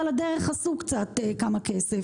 על הדרך עשו קצת כסף.